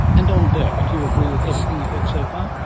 and don burke, do you agree with everything you've heard so far? no.